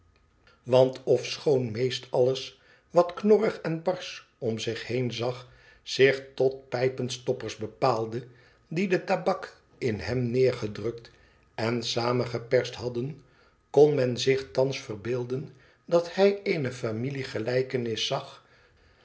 want ofschoon meest alles wat knorrig en barsch om zich heen zag zich tot pijpenstoppers bepaalde die de tabak in hem neergedrukt en samengeperst hadden kon men zich thans verbeelden dat hij eene familiegelijkenis zag